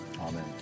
Amen